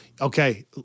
Okay